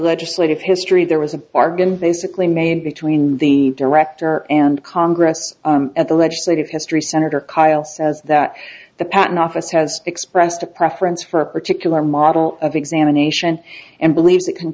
legislative history there was a bargain basically made between the director and congress at the legislative history senator kyl says that the patent office has expressed a preference for a particular model of examination and believe